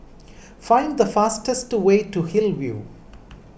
find the fastest way to Hillview